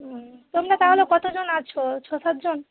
তোমরা তাহলে কতজন আছ ছ সাতজন